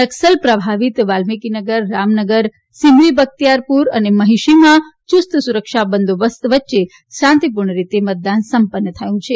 નકસલ પ્રભાવિત વાલ્મીકીનગર રામનગર સિમરી લખ્તિયારપુર અને મહિષિમાં યુસ્ત સુરક્ષા બંદોબસ્ત વચ્ચે શાંતિપૂર્ણ રીતે મતદાન સંપન્ન થયું છે